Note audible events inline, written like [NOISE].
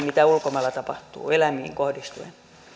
[UNINTELLIGIBLE] mitä ulkomailla tapahtuu eläimiin kohdistuen